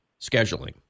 scheduling